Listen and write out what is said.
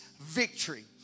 victory